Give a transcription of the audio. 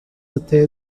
até